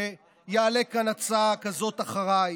שיעלה כאן הצעה כזאת אחריי,